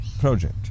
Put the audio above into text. project